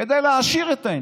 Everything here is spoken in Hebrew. גם לעקרת בית יש תובנה.